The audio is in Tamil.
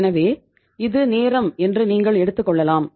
எனவே இது நேரம் என்று நீங்கள் எடுத்துக்கொள்ளலாம்